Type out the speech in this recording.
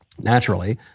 naturally